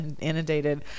inundated